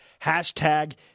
Hashtag